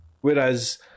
Whereas